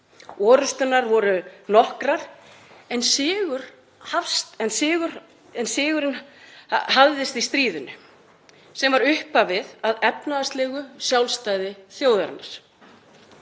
Orrusturnar voru nokkrar en sigur hafðist í stríðunum, sem var upphafið að efnahagslegu sjálfstæði þjóðarinnar.